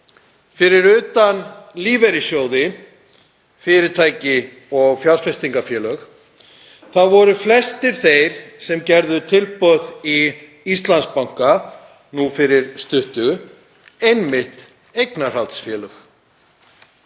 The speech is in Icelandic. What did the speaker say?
Fyrir utan lífeyrissjóði, fyrirtæki og fjárfestingarfélög voru flestir þeir sem gerðu tilboð í Íslandsbanka nú fyrir stuttu einmitt eignarhaldsfélög.